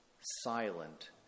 silent